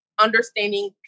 understanding